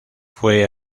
fue